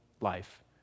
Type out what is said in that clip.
life